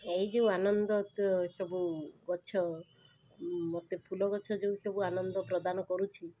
ଏଇଯେଉଁ ଆନନ୍ଦ ତ ସବୁ ଗଛ ମୋତେ ଫୁଲଗଛ ଯେଉଁସବୁ ଆନନ୍ଦପ୍ରଦାନ କରୁଛି